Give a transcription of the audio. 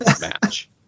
match